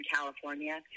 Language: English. California